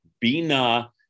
bina